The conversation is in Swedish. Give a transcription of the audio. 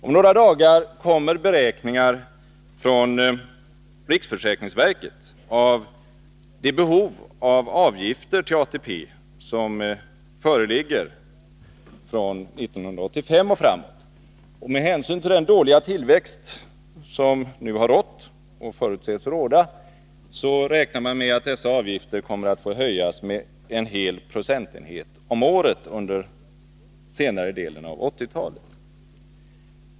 Om några dagar kommer beräkningar från riksförsäkringsverket avseende det behov av ökade avgifter till ATP som föreligger från 1985 och framåt. Med hänsyn till den dåliga tillväxt som nu har rått och förutsätts råda räknar man med att dessa avgifter kommer att få höjas med en hel procentenhet om året under den senare delen av 1980-talet.